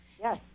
Yes